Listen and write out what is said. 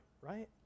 right